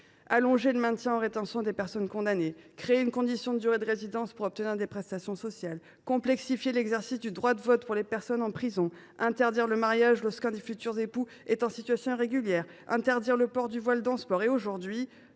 allonger le maintien en rétention de personnes condamnées ; créer une condition de durée de résidence pour obtenir des prestations sociales ; complexifier l’exercice du droit de vote pour les personnes emprisonnées ; interdire le mariage lorsque l’un des futurs époux est en situation irrégulière sur le territoire français ; interdire